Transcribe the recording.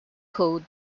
code